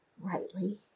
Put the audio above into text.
rightly